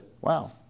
wow